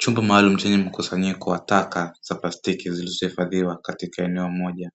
Chombo maalum chenye mkusanyiko wa taka za plastiki zilizohifadhiwa katika eneo moja,